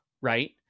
right